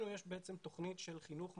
לנו יש בעצם תוכנית של חינוך משפטי.